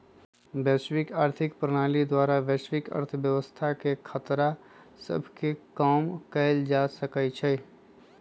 वैश्विक आर्थिक प्रणाली द्वारा वैश्विक अर्थव्यवस्था के खतरा सभके कम कएल जा सकइ छइ